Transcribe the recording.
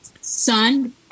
son